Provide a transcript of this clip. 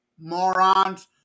morons